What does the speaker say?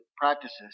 Practices